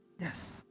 Yes